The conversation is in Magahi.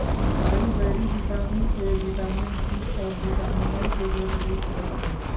acai berry vitamin A, vitamin C, और विटामिनई के बेहतरीन स्त्रोत हई